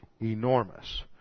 enormous